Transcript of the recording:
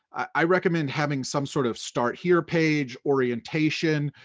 i recommend having some sort of start here page, orientation.